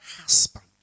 husband